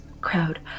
crowd